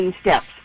steps